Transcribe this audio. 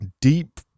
Deep